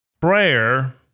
Prayer